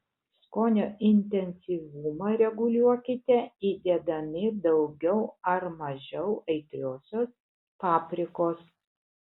skonio intensyvumą reguliuokite įdėdami daugiau ar mažiau aitriosios paprikos